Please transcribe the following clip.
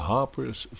Harper's